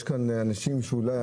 יש כאן אנשים שאולי,